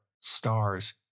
stars